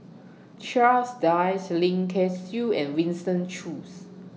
Charles Dyce Lim Kay Siu and Winston Choos